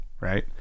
right